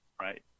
Right